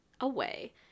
away